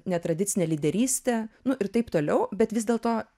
netradicinė lyderystė nu ir taip toliau bet vis dėlto